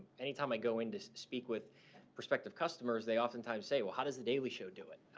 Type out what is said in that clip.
any time i go in to speak with prospective customers they oftentimes say, well, how does the daily show do it.